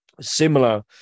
similar